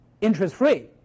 interest-free